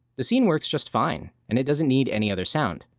the scene works just fine and it doesn't need any other sound.